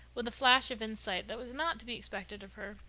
with a flash of insight that was not to be expected of her.